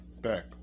Back